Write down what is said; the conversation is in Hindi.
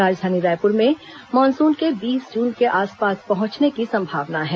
राजधानी रायपुर में मानसून के बीस जून के आसपास पहुंचने की संभावना है